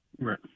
Right